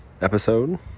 episode